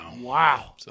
Wow